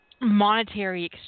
monetary